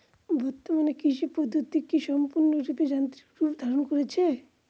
বর্তমানে কৃষি পদ্ধতি কি সম্পূর্ণরূপে যান্ত্রিক রূপ ধারণ করেছে?